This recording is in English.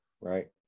Right